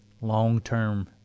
long-term